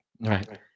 Right